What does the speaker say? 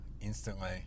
instantly